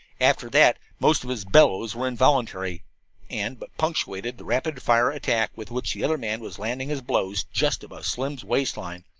after that most of his bellows were involuntary and but punctuated the rapid-fire attack with which the other man was landing his blows just above slim's waist-line,